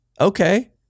Okay